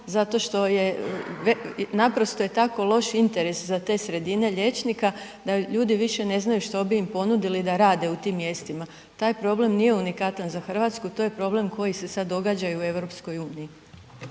zato što je, naprosto je tako loš interes za te sredine liječnika da ljudi više ne znaju što bi im ponudili da rade u tim mjestima, taj problem nije unikatan za RH, to je problem koji se sad događa i u EU.